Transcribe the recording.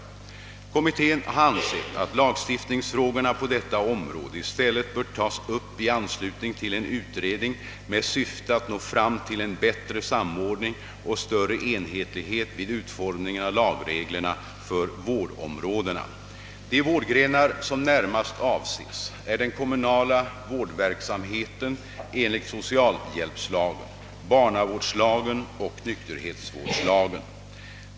Kommittén har ansett att lagstiftningsfrågorna på detta område i stället bör tas upp i anslutning till en utredning med syfte att nå fram till en bättre samordning och större enhetlighet vid utformningen av lagreglerna för vårdområdena. De vårdgrenar som närmast avses är den kommunala vårdverksamheten enligt socialhjälpslagen, barnavårdslagen och nykterhetsvårdslagen.